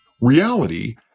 Reality